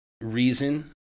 reason